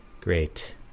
Great